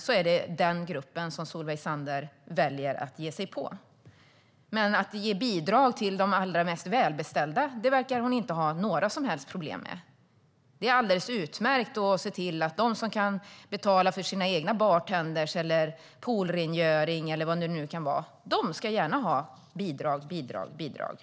Solveig Zander väljer att ge sig på den gruppen, men att ge bidrag till de allra mest välbeställda verkar hon inte ha några som helst problem med. Det går alldeles utmärkt att se till att de som kan betala för sina egna bartendrar, poolrengöringar eller vad det nu kan vara får bidrag, bidrag och bidrag - de ska gärna ha det.